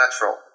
natural